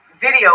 video